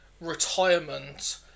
retirement